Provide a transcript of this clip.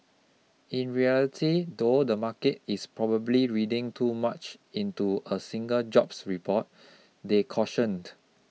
in reality though the market is probably reading too much into a single jobs report they cautioned